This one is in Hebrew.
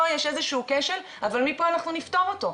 יש איזשהו כשל אבל מפה אנחנו נפתור אותו.